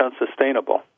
unsustainable